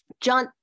John